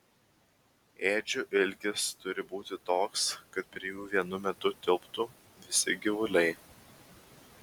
ėdžių ilgis turi būti toks kad prie jų vienu metu tilptų visi gyvuliai